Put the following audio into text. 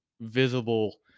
visible